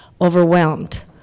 overwhelmed